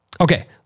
Okay